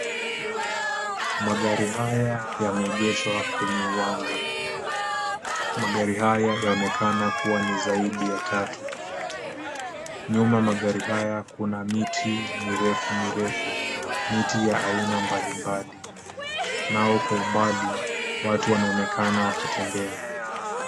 Magari haya yameegeshwa kwenye uwanja. Magari haya yaonekana kuwa ni zaidi ya tatu. Nyuma magari haya kuna miti mirefu mirefu, miti ya aina mbalimbali, nao kwa umbali, watu wanaonekana wakitembea.